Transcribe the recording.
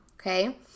okay